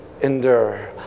endure